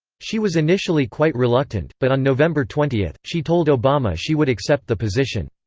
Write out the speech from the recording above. she was initially quite reluctant, but on november twenty, she told obama she would accept the position.